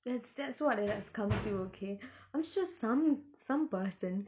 that's that's what it has come to okay I'm sure some some person